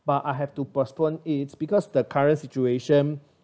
but I have to postpone it because the current situation